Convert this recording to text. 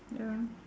ya